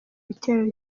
bitero